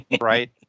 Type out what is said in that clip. right